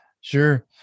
Sure